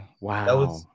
wow